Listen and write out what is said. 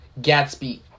Gatsby